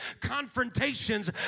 confrontations